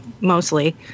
mostly